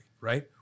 right